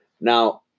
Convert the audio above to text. Now